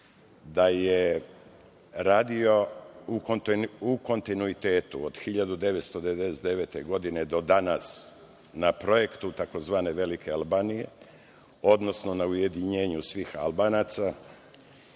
da je radio u kontinuitetu, od 1999. godine do danas na projektu tzv. „velike Albanije“, odnosno na ujedinjenju svih Albanaca,